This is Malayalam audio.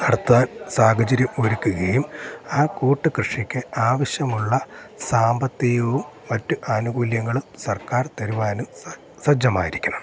നടത്താൻ സാഹചര്യം ഒരുക്കുകയും ആ കൂട്ടു കൃഷിക്ക് ആവശ്യമുള്ള സാമ്പത്തികവും മറ്റ് ആനുകൂല്യങ്ങളും സർക്കാർ തരുവാനും സജ്ജമായിരിക്കണം